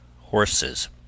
horses